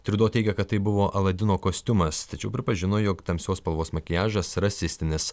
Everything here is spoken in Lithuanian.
triudo teigia kad tai buvo aladino kostiumas tačiau pripažino jog tamsios spalvos makiažas rasistinis